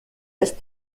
est